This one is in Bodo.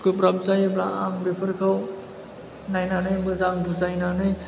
गोब्राब जायोब्ला आं बेफोरखौ नायनानै मोजां बुजायनानै